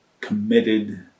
committed